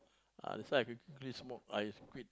ah that's why I quickly smoke I quit